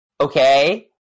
okay